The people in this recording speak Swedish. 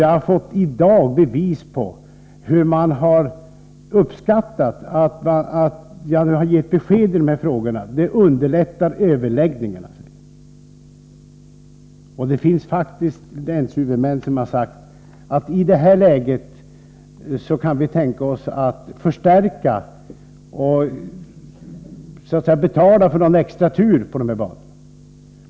Jag har i dag fått bevis på att man uppskattar att jag har givit ett klart besked i dessa frågor. Det underlättar överläggningarna. Det finns faktiskt länshuvudmän som har sagt att de i detta läge kan tänka sig en förstärkning genom att betala för någon extra tur på dessa banor.